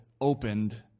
opened